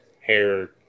hair